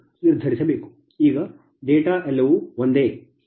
ಈಗ ಡೇಟಾ ಎಲ್ಲವೂ ಒಂದೇ ಉದಾಹರಣೆಯಾಗಿದೆ